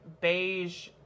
beige